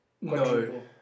No